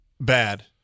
Bad